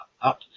up